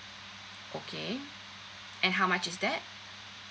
okay and how much is that